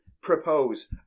propose